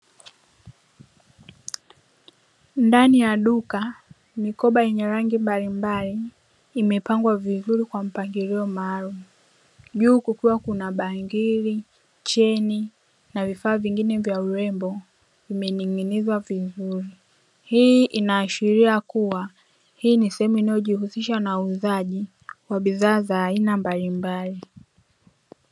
Ndani ya duka mikoba yenye rangi mbalimbali imepangwa vizuri kwa mpangilio maalumu juu kukiwa kuna bangili, cheni na vifaa vingine vya urembo hii inashiria kuwa hii ni shemu inayojihusisha na uuzaji wa bidhaa za aina mbalimbali.